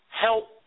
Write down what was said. help